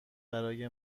برای